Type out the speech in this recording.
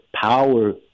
power